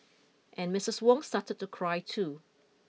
and Mistress Wong started to cry too